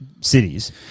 cities